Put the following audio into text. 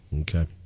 Okay